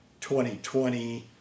2020